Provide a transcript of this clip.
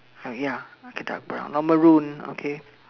ya like a dark brown or maroon okay